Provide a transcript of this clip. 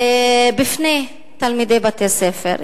בפני תלמידי בתי-ספר.